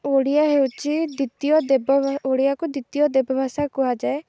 ଓଡ଼ିଆ ହେଉଛି ଦ୍ୱିତୀୟ ଦେବ ଓଡ଼ିଆକୁ ଦ୍ୱିତୀୟ ଦେବ ଭାଷା କୁହାଯାଏ